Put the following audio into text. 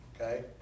okay